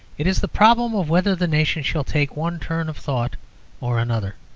it is the problem of whether the nation shall take one turn of thought or another.